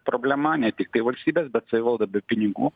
problema ne tiktai valstybės bet savivalda be pinigų